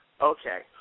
Okay